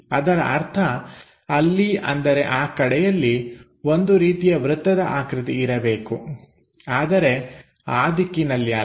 ಅದರ ಅರ್ಥ ಅಲ್ಲಿ ಅಂದರೆ ಆ ಕಡೆಯಲ್ಲಿ ಒಂದು ರೀತಿಯ ವೃತ್ತದ ಆಕೃತಿ ಇರಬೇಕು ಆದರೆ ಆ ದಿಕ್ಕಿನಲ್ಲಿ ಅಲ್ಲ